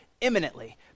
imminently